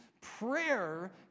Prayer